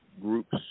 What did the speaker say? groups